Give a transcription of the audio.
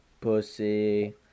pussy